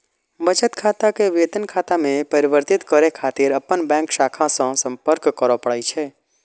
बचत खाता कें वेतन खाता मे परिवर्तित करै खातिर अपन बैंक शाखा सं संपर्क करय पड़ै छै